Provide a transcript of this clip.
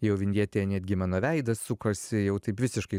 jau vinjetė netgi mano veidas sukosi jau taip visiškai